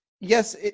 Yes